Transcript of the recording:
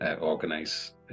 organize